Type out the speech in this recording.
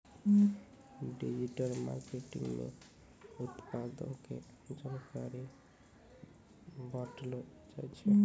digital marketing मे उत्पादो के जानकारी बांटलो जाय छै